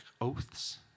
Oaths